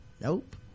nope